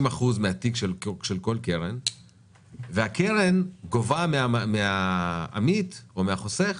30% מהתיק של כל קרן והקרן גובה מהעמית או מהחוסך